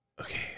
Okay